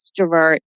extrovert